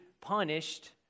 punished